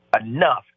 enough